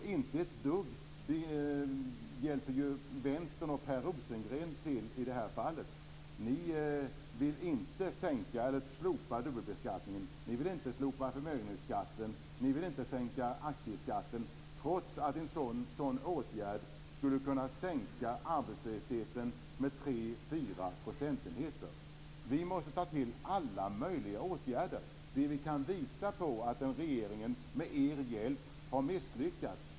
Vänstern och Per Rosengren hjälper ju inte till ett dugg. Ni vill inte slopa dubbelbeskattningen och förmögenhetsskatten, och ni vill inte sänka aktieskatten trots att en sådan åtgärd skulle kunna bidra till en sänkning av arbetslösheten med 3-4 procentenheter. Man måste ta till alla möjliga åtgärder. Vi kan visa att regeringen med er hjälp har misslyckats.